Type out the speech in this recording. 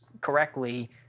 correctly